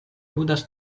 ludas